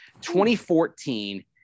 2014